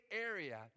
area